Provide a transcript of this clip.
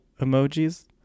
emojis